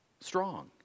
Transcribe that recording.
strong